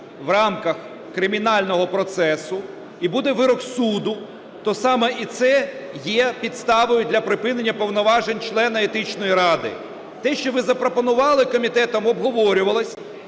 в рамках кримінального процесу і буде вирок суду, то саме і це є підставою для припинення повноважень члена Етичної ради. Те, що ви запропонували, комітетом обговорювалось.